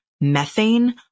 methane